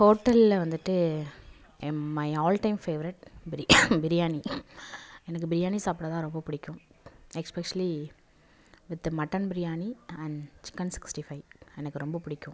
ஹோட்டலில் வந்துட்டு um my all time favourite biryani எனக்கு பிரியாணி சாப்பிட தான் ரொம்ப பிடிக்கும் especially with mutton biryani and chicken sixty five எனக்கு ரொம்ப பிடிக்கும்